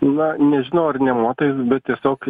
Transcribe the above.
na nežinau ar nemotais bet tiesiog